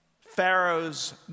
Pharaoh's